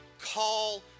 call